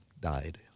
died